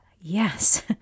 Yes